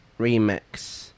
Remix